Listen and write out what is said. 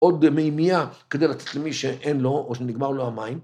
‫עוד מימייה כדי לתת למי שאין לו ‫או שנגמר לו המים.